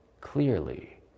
clearly